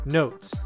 notes